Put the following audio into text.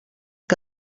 que